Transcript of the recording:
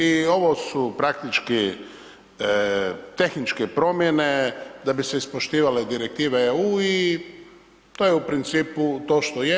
I ovo su praktički tehničke promjene da bi se ispoštivale direktive EU i to je u principu to što je.